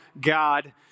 God